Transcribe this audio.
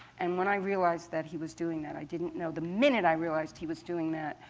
and when i realized that he was doing that i didn't know the minute i realized he was doing that,